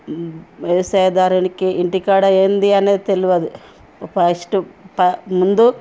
వ్యవసాయదారునికి ఇంటికాడ ఏంటి అనేది తెలియదు ఫస్ట్ ప ముందు